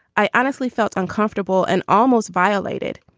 i honestly felt uncomfortable and almost violated.